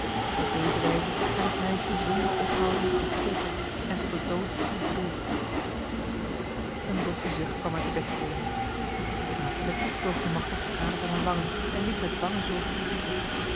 op deze wijze werd het meisje zonder ophouden gefolterd en tot de dood toe bedroefd een doffe zucht kwam uit de bedstede haastelijk droogde machteld de tranen van haar wangen en liep met bange zorg tot de zieke